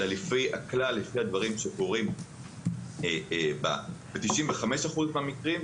אלא לפי הדברים שקורים ב-95% מהמקרים.